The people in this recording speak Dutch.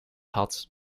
had